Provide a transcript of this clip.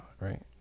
Right